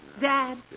Dad